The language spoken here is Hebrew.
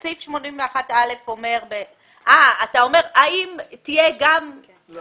סעיף 81(א) אומר שזה שיש